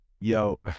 Yo